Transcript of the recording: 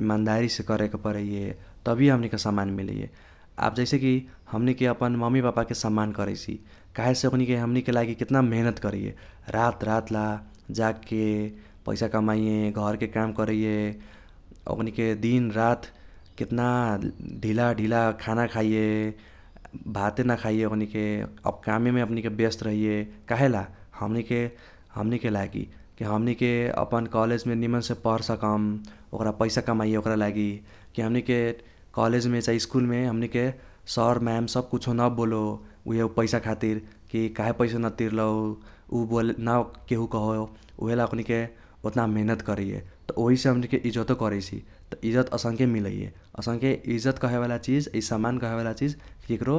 ,इमानदारीसे करेके परैये । तभी हमनिके सम्मान मिलैये । अब जैसेकी हमनिके अपन मम्मी पापाके सम्मान करैसीई काहेसे ओकनीके हमनिके लागि केतना मिहीनेत करैये। रात रातला जागके पैसा कमाइये ,घर के काम करैये, ओकनीके दिन रात केतना ढीला ढीला खाना खाइये ,भाते नखाइये ओकनीके, अब कामेमे ओनिके ब्यस्त रहैये काहेला हमनिके हमनिके लागि। कि हमनिके अपन कॉलेजमे निमनसे पढ़ सकम ओक्रा पैसा कमाइये ओक्रा लागि की हमनिके कॉलेजमे चाहि स्कूलमे हमनिके सर मयाम् सब कुछो न बोलो, उहे उ पैसा खातिर की काहे पैसा न तिरलौ। न केहु कहो उहे ला ओकनीके ओतना मिहीनेत करैये । त ओहिसे हमनिके इज्जतो करैसी। त इज्जत असनके मिलैये। असनके इज्जत कहै वाला चीज सम्मान कहे वाला चीज केक्रो